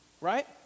right